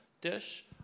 dish